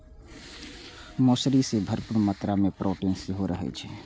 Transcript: मौसरी मे भरपूर मात्रा मे प्रोटीन सेहो रहै छै